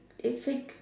a fake